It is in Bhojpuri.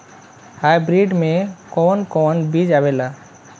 हाइब्रिड में कोवन कोवन बीज आवेला?